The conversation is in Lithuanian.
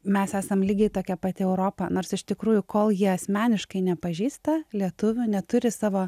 mes esam lygiai tokia pati europa nors iš tikrųjų kol jie asmeniškai nepažįsta lietuvių neturi savo